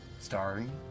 starring